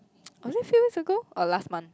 are they few years ago or last month